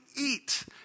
eat